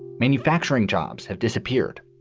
manufacturing jobs have disappeared.